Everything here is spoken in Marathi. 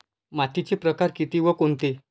मातीचे प्रकार किती व कोणते?